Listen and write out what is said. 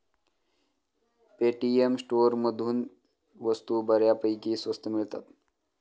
Paytm स्टोअरमधून वस्तू बऱ्यापैकी स्वस्त मिळतात